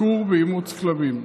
עיקור ואימוץ כלבים.